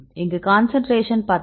இங்கு கான்சன்ட்ரேஷன் 10 ஆனது 12